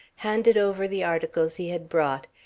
handed over the articles he had brought,